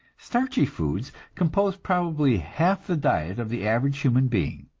starchy foods compose probably half the diet of the average human being.